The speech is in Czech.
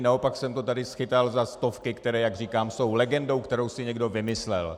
Naopak jsem to tady schytal za stovky, které, jak říkám, jsou legendou, kterou si někdo vymyslel.